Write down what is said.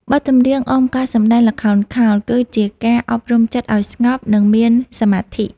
បទចម្រៀងអមការសម្ដែងល្ខោនខោល គឺជាការអប់រំចិត្តឱ្យស្ងប់ និងមានសមាធិ។